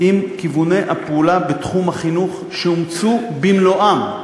עם כיווני הפעולה בתחום החינוך, שאומצו במלואם.